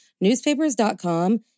newspapers.com